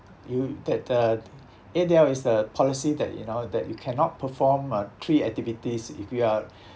you that the A_D_L is the policy that you know that you cannot perform uh three activities if you are